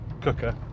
cooker